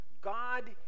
God